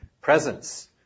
presence